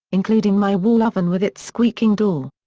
including my wall oven with its squeaking door.